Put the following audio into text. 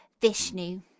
Vishnu